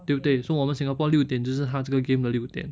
对不对 so 我们 singapore 六点就是他这个 game 的六点